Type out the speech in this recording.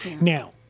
Now